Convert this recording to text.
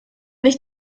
nicht